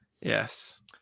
yes